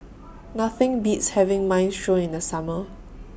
Nothing Beats having Minestrone in The Summer